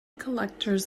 collectors